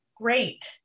great